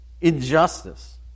injustice